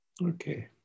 Okay